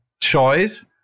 choice